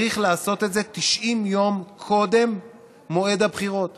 צריך לעשות את זה 90 יום קודם מועד הבחירות.